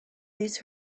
these